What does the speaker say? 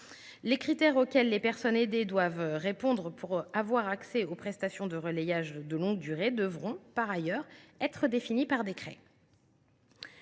Les critères auxquels les personnes aidées doivent répondre pour avoir accès aux prestations de relayage de longue durée devront, par ailleurs, être définis par décret.